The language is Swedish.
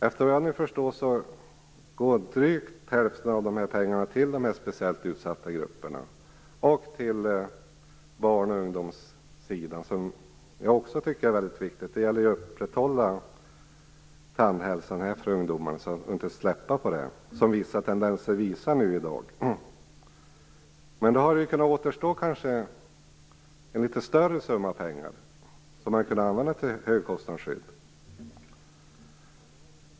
Efter vad jag nu förstår går drygt hälften av dessa pengar till de speciellt utsatta grupperna och till barn och ungdomssidan. Jag tycker att det är väldigt viktigt också. Det gäller att upprätthålla tandhälsan hos ungdomarna och inte släppa på den. Det finns ju vissa tendenser som visar att så sker i dag. Då hade det kanske återstått en något större summa pengar som man hade kunnat använda till högkostnadsskydd.